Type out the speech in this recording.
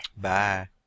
Bye